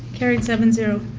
carried seven zero.